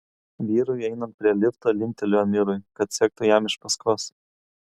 vyrui einant prie lifto linkteliu amirui kad sektų jam iš paskos